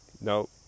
No